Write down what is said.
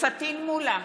פטין מולא,